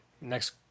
next